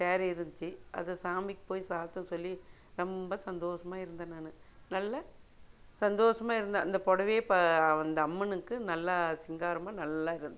சேரி இருந்துச்சு அதை சாமிக்கு போய் சார்த்த சொல்லி ரொம்ப சந்தோஷமா இருந்தேன் நான் நல்ல சந்தோஷமா இருந்தேன் அந்த புடவைய அந்த அம்மனுக்கு நல்லா சிங்காரமாக நல்லா இருந்துச்சு